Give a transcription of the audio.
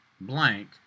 blank